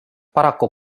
paraku